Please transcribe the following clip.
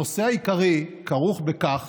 הנושא העיקרי כרוך בכך